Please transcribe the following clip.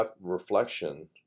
reflection